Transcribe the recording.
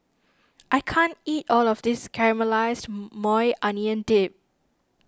I can't eat all of this Caramelized Maui Onion Dip